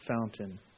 fountain